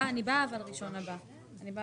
מבקשת לקבל עדכון לגבי מפקדת